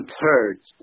thirds